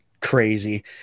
crazy